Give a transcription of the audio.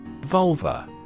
Vulva